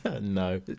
No